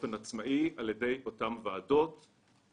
באופן עצמאי על ידי אותן ועדות שמורכבות,